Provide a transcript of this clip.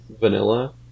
vanilla